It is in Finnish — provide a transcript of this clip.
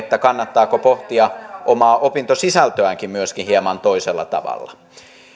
kannattaako pohtia omaa opintosisältöäänkin myöskin hieman toisella tavalla